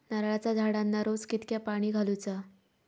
नारळाचा झाडांना रोज कितक्या पाणी घालुचा?